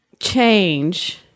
change